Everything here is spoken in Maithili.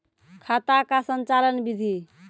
खाता का संचालन बिधि?